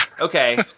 Okay